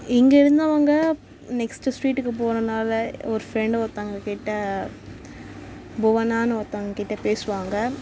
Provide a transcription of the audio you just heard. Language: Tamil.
இங்கே இருந்தவங்க நெக்ஸ்ட்டு ஸ்ட்ரீட்டுக்கு போனதுனால ஒரு ஃப்ரெண்டு ஒருத்தங்கக்கிட்டே புவனானு ஒருத்தவங்கக்கிட்டே பேசுவாங்க